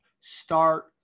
Start